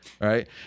Right